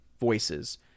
voices